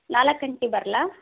ನಾಲ್ಕು ಗಂಟೆಗ್ ಬರಲಾ